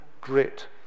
grit